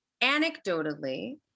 anecdotally